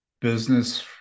business